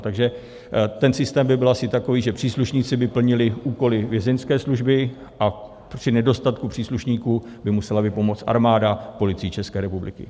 Takže ten systém by byl asi takový, že příslušníci by plnili úkoly Vězeňské služby a při nedostatku příslušníků by musela vypomoct Armáda Policii České republiky.